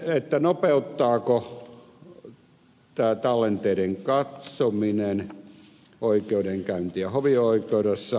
sitten nopeuttaako tämä tallenteiden katsominen oikeudenkäyntiä hovioikeudessa